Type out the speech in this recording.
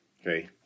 Okay